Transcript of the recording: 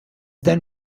then